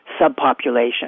subpopulation